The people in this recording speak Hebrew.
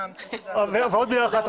הוא לא מרגיש טוב.